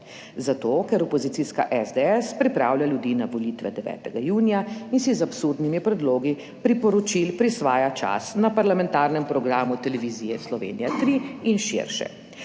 zato, ker opozicijska SDS pripravlja ljudi na volitve 9. junija in si z absurdnimi predlogi priporočil prisvaja čas na parlamentarnem programu Televizije Slovenija 3 in širše.